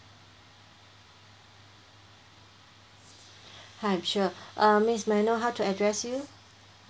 hi sure uh miss may I know how to address you